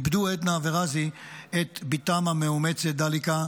איבדו עדנה ורזי את בתם המאומצת דליקה,